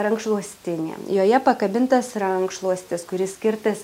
rankšluostinė joje pakabintas rankšluostis kuris skirtas